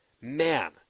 man